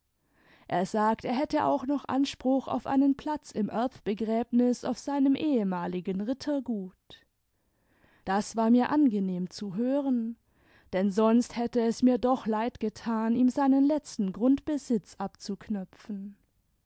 er sagt er hätte auch noch anspruch auf einen platz im erbbegräbnis auf seinem ehemaligen rittergut das war mir angenehm zu hören denn sonst hätte es mir doch leid getan ihm seinen letzten grundbesitz abzuknöpfen